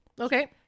Okay